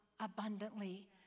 Abundantly